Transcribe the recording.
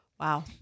Wow